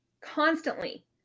constantly